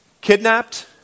kidnapped